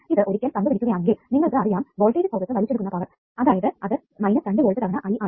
ഇത് ഒരിക്കൽ കണ്ടു പിടിക്കുകയാണെങ്കിൽ നിങ്ങൾക്ക് അറിയാം വോൾട്ടേജ് സ്രോതസ്സ് വലിച്ചെടുക്കുന്ന പവർ അതായത് അത് 2 വോൾട്ട് തവണ I ആണ്